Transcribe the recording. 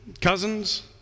cousins